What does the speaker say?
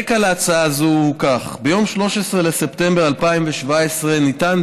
הרקע להצעה הזאת הוא זה: ב-13 בספטמבר 2017 ניתן